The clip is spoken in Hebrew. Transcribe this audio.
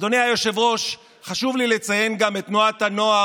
אדוני היושב-ראש, חשוב לי לציין גם את תנועת הנוער